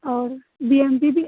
और B M P भी